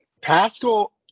Pascal